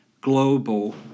global